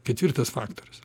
ketvirtas faktorius